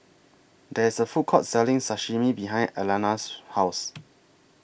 There IS A Food Court Selling Sashimi behind Alana's House